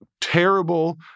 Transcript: terrible